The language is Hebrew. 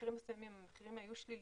שבמקרים מסוימים המחירים אפילו היו שליליים.